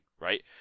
right